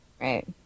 right